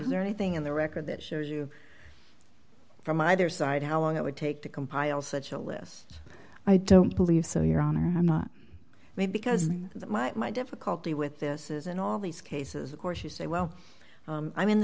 is there anything in the record that you from either side how long it would take to compile such a list i don't believe so your honor i'm not made because my my difficulty with this is in all these cases of course you say well i'm in the